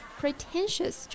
pretentious